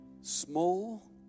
small